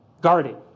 Guarding